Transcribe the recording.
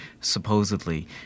supposedly